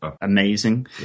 amazing